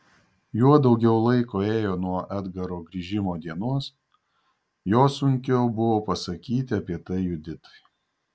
juo daugiau laiko ėjo nuo edgaro grįžimo dienos juo sunkiau buvo pasakyti apie tai juditai